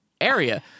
area